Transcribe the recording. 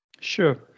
Sure